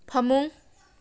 ꯐꯃꯨꯡ